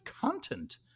Content